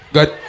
Good